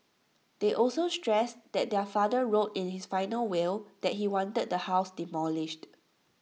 they also stressed that their father wrote in his final will that he wanted the house demolished